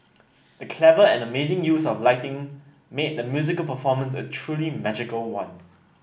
the clever and amazing use of lighting made the musical performance a truly magical one